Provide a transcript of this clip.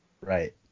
right